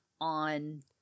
on